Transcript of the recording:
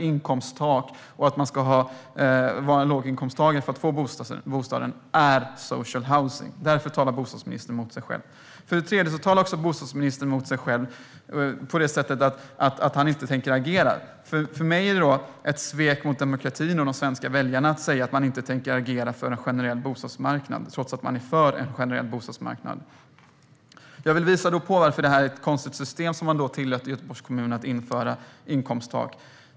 Inkomsttak och att man ska vara låginkomsttagare för att få bostaden är social housing. Därför talar bostadsministern emot sig själv. För det tredje talar bostadsministern också emot sig själv då han inte tänker agera. Enligt mig är det ett svek mot demokratin och de svenska väljarna att säga att man inte tänker agera för en generell bostadsmarknad, trots att man är för en generell bostadsmarknad. Jag vill visa på att inkomsttak är ett konstigt system som man tillåter Göteborgs kommun att införa.